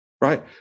right